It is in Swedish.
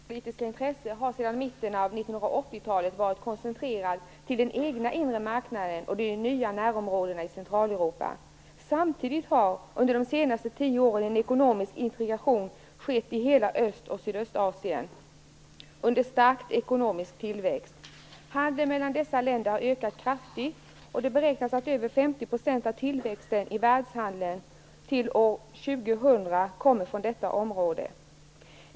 Fru talman! Jag har en fråga till statsrådet Björn von Sydow. EU:s ekonomiskpolitiska intresse har sedan mitten av 1980-talet varit koncentrerat till den egna inre marknaden och de nya närområdena i Centraleuropa. Samtidigt har, under de senaste tio åren, en ekonomisk integration skett i hela Öst och Sydostasien under stark ekonomisk tillväxt. Handeln mellan dessa länder har ökat kraftigt, och det beräknas att över 50 % av tillväxten i världshandeln till år 2000 kommer från detta område.